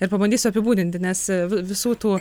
ir pabandysiu apibūdinti nes visų tų